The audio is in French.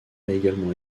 également